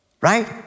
right